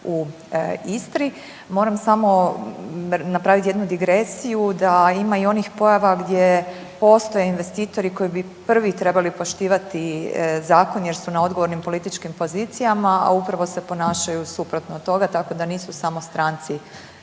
u Istri. Moram samo napraviti jednu digresiju da ima i onih pojava gdje postoje investitori koji bi prvi trebali poštivati zakon jer su na odgovornim političkim pozicijama, a upravo se ponašaju suprotno od toga tako da nisu samo stranci